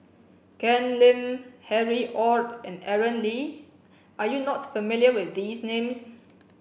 Ken Lim Harry Ord and Aaron Lee are you not familiar with these names